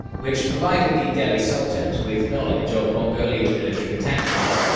which provided the delhi sultans' with knowledge of mongolian military tactics.